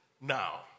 now